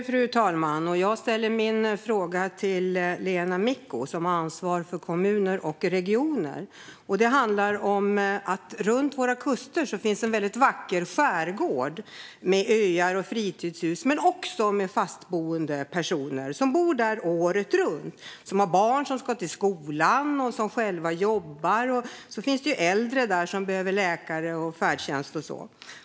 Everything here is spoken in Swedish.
Fru talman! Jag ställer min fråga till Lena Micko, som har ansvar för kommuner och regioner. Det handlar om att det runt våra kuster finns en väldigt vacker skärgård, med öar och fritidshus men också med fastboende personer som bor där året runt. De har barn som ska till skolan, och de jobbar själva. Det finns även äldre där, som behöver läkare, färdtjänst och så vidare.